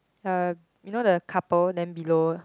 uh you know the couple then below